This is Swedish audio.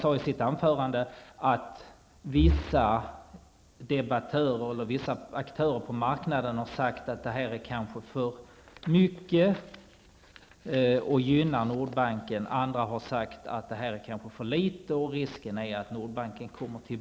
Rolf Dahlberg sade också att vissa aktörer på marknaden har sagt att det föreslagna beloppet är för stort och gynnar Nordbanken. Andra har sagt att beloppet är för litet och att det finns risk för att Nordbanken begär mer.